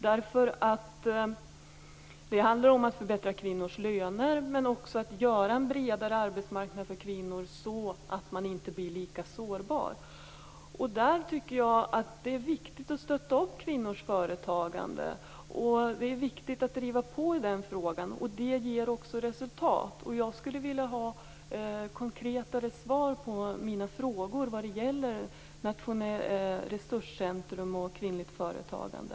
Det handlar om att förbättra kvinnors löner och skapa en bredare arbetsmarknad för kvinnor så att man inte blir så sårbar. Där tycker jag att det är viktigt att stötta kvinnors företagande och driva på i den frågan. Det ger också resultat. Jag skulle vilja ha konkretare svar på mina frågor om nationellt resurscentrum och kvinnligt företagande.